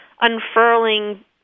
unfurling